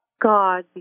God